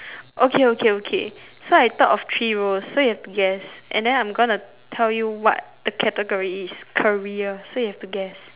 okay okay okay so I thought of three roles so you have to guess and then I'm gonna tell you what the category is career so you have to guess